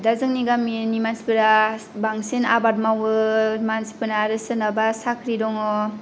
दा जोंनि गामिनि मानसिफोरा बांसिन आबाद मावो मानसिफोरना आरो सोरनाबा साख्रि दङ